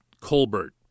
Colbert